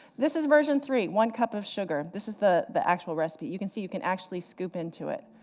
this is version three, one cup of sugar. this is the the actual recipe, you can see you can actually scoop into it.